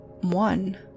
one